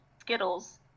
Skittles